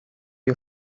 you